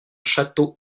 château